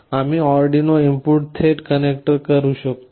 आम्ही Arduino input थेट connector करू शकतो